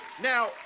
Now